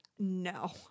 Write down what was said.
no